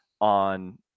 on